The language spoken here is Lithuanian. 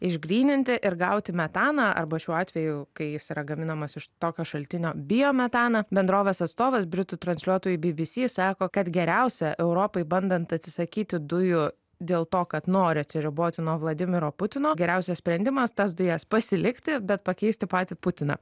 išgryninti ir gauti metaną arba šiuo atveju kai jis yra gaminamas iš tokio šaltinio biometaną bendrovės atstovas britų transliuotojui bbc sako kad geriausia europai bandant atsisakyti dujų dėl to kad nori atsiriboti nuo vladimiro putino geriausias sprendimas tas dujas pasilikti bet pakeisti patį putiną